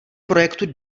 projektu